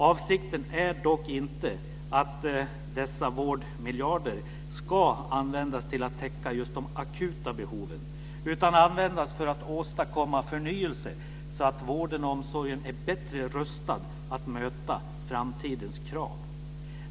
Avsikten är dock inte att dessa vårdmiljarder ska användas till att täcka just de akuta behoven utan användas för att åstadkomma förnyelse, så att vården och omsorgen är bättre rustad för att möta framtidens krav.